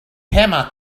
emma